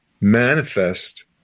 manifest